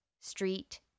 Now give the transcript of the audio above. Street